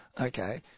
Okay